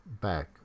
back